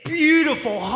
beautiful